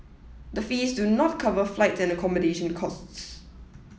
the fees do not cover flight and accommodation costs